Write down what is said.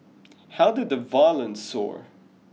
how did the violence soar